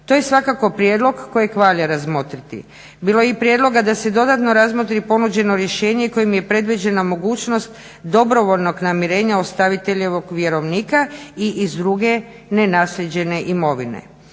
To je svakako prijedlog kojeg valja razmotriti. Bilo je i prijedloga da se dodatno razmotri ponuđeno rješenje kojim je predviđena mogućnost dobrovoljnog namirenja ostaviteljevog vjerovnika i iz druge nenaslijeđene imovine.